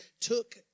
took